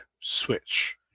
switch